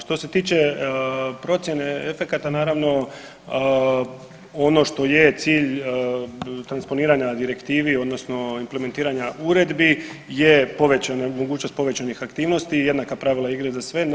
Što se tiče procjene efekata, naravno, ono što je cilj transponiranja direktivi, odnosno implementiranja uredbi je povećana mogućnost, mogućnost je povećanih aktivnosti, jednaka pravila igre za sve.